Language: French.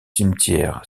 cimetière